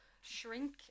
shrink